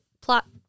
plot